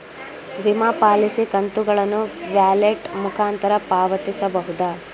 ವಿಮಾ ಪಾಲಿಸಿ ಕಂತುಗಳನ್ನು ವ್ಯಾಲೆಟ್ ಮುಖಾಂತರ ಪಾವತಿಸಬಹುದೇ?